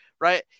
right